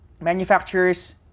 manufacturers